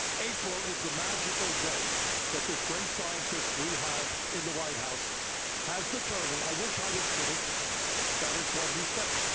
april is the magical day that this great scientist we have in the white house has determined i wish i was kidding that is what he said.